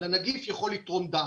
לנגיף יכול לתרום דם.